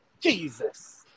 Jesus